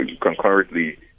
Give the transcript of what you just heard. concurrently